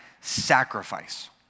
sacrifice